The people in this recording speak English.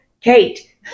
Kate